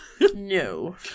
No